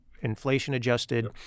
inflation-adjusted